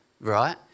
right